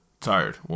Tired